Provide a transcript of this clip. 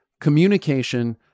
communication